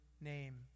name